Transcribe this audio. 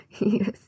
yes